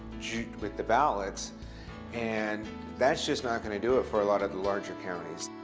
juut with the ballots and that's just not going to do it for a lot of the larger counties.